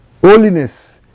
Holiness